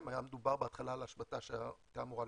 בהתחלה היה מדובר על השבתה ליום,